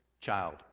child